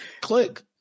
click